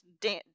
Dan